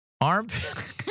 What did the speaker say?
Armpit